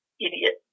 idiot